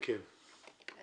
אז